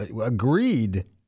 agreed